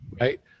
right